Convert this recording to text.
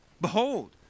Behold